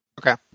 Okay